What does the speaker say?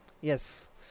Yes